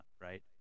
right